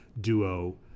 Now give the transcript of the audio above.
duo